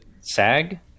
SAG